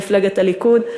מפלגת הליכוד.